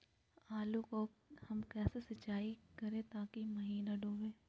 आलू को हम कैसे सिंचाई करे ताकी महिना डूबे?